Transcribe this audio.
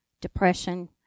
depression